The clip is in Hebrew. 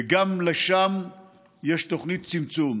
וגם לשם יש תוכנית צמצום.